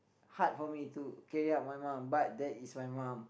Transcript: hard for me too carry up my mom but that is my mom